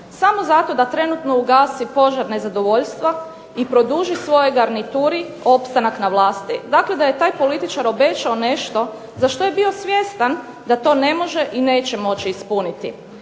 samo zato da trenutno ugasi požar nezadovoljstva i produži svojoj garnituri opstanak na vlasti, dakle da je taj političar obećao nešto za što je bio svjestan da to ne može i neće moći ispuniti.